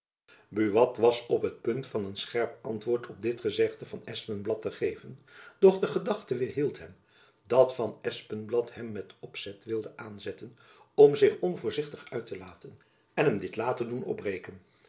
buat was op het punt van een scherp antwoord op dit gezegde van van espenblad te geven doch de gedachte weêrhield hem dat van espenblad hem jacob van lennep elizabeth musch met opzet wilde aanzetten om zich onvoorzichtig uit te laten en hem dit later doen opbreken